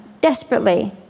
desperately